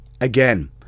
Again